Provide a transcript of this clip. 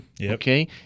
Okay